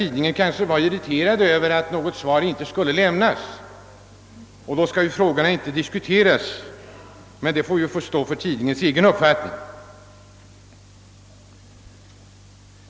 Tidningen var väl irriterad över att jag ställde en fråga som inrikesministern kanske inte skulle kunna besvara. Man anser tydligen att saken inte skall diskuteras, men det är ju en uppfattning som får stå för tidningens egen räkning.